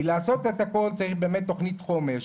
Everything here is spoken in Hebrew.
כי לעשות את הכל צריך באמת תכנית חומש.